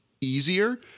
easier